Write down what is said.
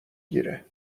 گیره